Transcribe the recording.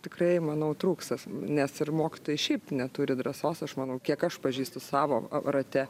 tikrai manau trūksta nes ir mokytojai šiaip neturi drąsos aš manau kiek aš pažįstu savo a rate